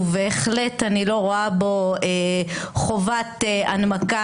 ובהחלט אני לא רואה בו חובת הנמקה